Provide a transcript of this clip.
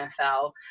NFL